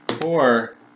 Four